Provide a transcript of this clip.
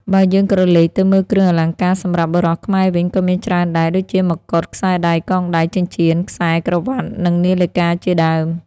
បើយើងក្រឡេកទៅមើលគ្រឿងអលង្ការសម្រាប់បុរសខ្មែរវិញក៏មានច្រើនដែរ ដូចជា មកុដ ខ្សែដៃ កងដៃ ចិញ្ចៀន ខ្សែក្រវាត់និងនាឡិកាជាដើម។